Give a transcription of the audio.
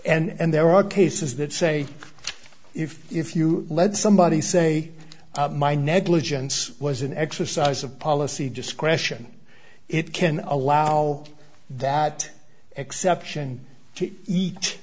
and there are cases that say if if you let somebody say my negligence was an exercise of policy discretion it can allow that exception